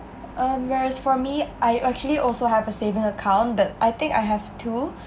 um as for me I actually also have a saving account but I think I have two